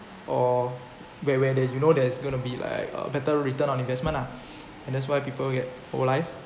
or where where there you know there's gonna be like uh better return on investment lah and that's why people get whole life